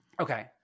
Okay